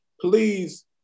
please